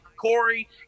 Corey